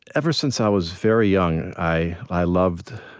ever since i was very young, i i loved